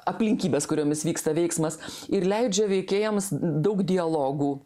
aplinkybes kuriomis vyksta veiksmas ir leidžia veikėjams daug dialogų